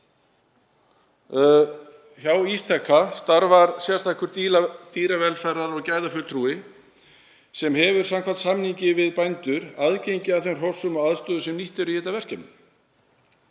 Hjá Ísteka starfar sérstakur dýravelferðar- og gæðafulltrúi sem hefur, samkvæmt samningi við bændur, aðgengi að þeim hrossum og aðstöðu sem nýtt eru í þetta verkefni.